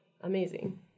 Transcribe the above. amazing